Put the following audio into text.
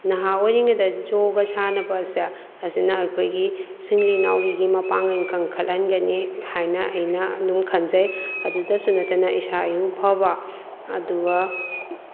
ꯅꯍꯥ ꯑꯣꯏꯔꯤꯉꯩꯗ ꯌꯣꯒ ꯁꯥꯟꯅꯕ ꯑꯁꯦ ꯑꯁꯤꯅ ꯑꯩꯈꯣꯏꯒꯤ ꯁꯤꯡꯂꯤ ꯅꯥꯎꯔꯤꯒꯤ ꯃꯄꯥꯡꯒꯜ ꯀꯟꯈꯠꯍꯟꯒꯅꯤ ꯍꯥꯏꯅ ꯑꯩꯅ ꯑꯗꯨꯝ ꯈꯟꯖꯩ ꯑꯗꯨꯗꯁꯨ ꯅꯠꯇꯅ ꯏꯁꯥ ꯏꯎ ꯐꯕ ꯑꯗꯨꯒ